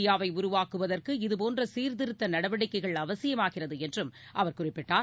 புதிய இந்தியாவை உருவாக்குவதற்கு இதுபோன்ற சீர்திருத்த நடவடிக்கைகள் அவசியமாகிறது என்றும் அவர் குறிப்பிட்டார்